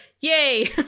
yay